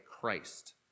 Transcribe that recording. Christ